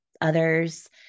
others